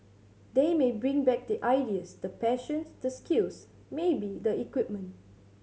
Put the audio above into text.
they may bring back the ideas the passions the skills maybe the equipment